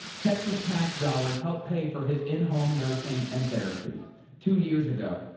texas tax dollars help pay for his in home nursing and therapy two years ago,